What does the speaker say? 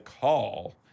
call